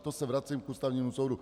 To se vracím k Ústavnímu soudu.